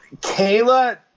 kayla